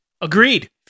Agreed